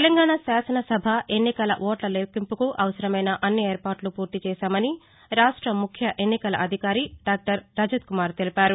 తెలంగాణ శాసనసభ ఎన్నికల ఓట్ల లెక్కింపుకు అవసరమైన అన్ని ఏర్పాట్లు పూర్తి చేశామని రాష్ట్ర ముఖ్య ఎన్నికల అధికారి దాక్టర్ రజత్కుమార్ తెలిపారు